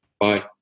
Bye